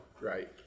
right